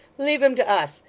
leave him to us.